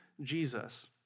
Jesus